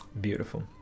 beautiful